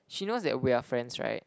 she knows that we are friends right